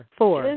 four